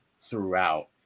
throughout